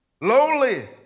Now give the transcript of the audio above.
lowly